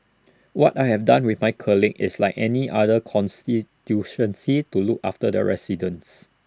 what I have done with my colleagues is like any other to look after their residents